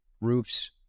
roofs